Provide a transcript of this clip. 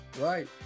Right